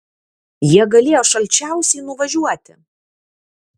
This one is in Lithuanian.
jie galėjo šalčiausiai nuvažiuoti